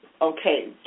Okay